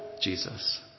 Jesus